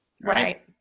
Right